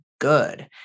good